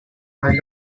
are